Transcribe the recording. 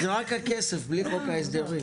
זה רק הכסף, בלי חוק ההסדרים.